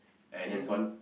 and hands on